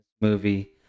movie